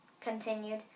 continued